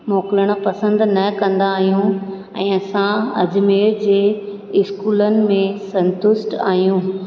मोकिलणु पसंदि न कंदा आहियूं ऐं असां अजमेर जे स्कूलनि में संतुष्ट आहियूं